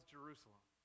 Jerusalem